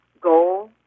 goal